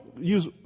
use